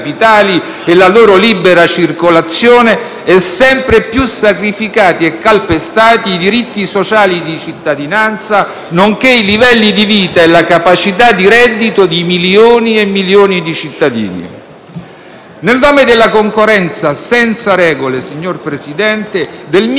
sociali di cittadinanza, nonché i livelli di vita e la capacità di reddito di milioni e milioni di cittadini. Nel nome della concorrenza senza regole, signor Presidente, del mito del profitto sfrenato, per aziende e imprese che stanno perdendo sempre più di vista la loro